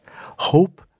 hope